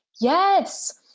yes